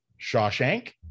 Shawshank